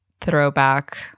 throwback